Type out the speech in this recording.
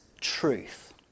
truth